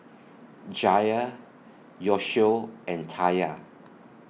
Jair Yoshio and Taya